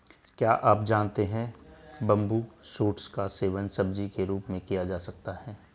क्या आप जानते है बम्बू शूट्स का सेवन सब्जी के रूप में किया जा सकता है?